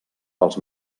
pels